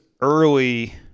early